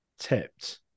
tipped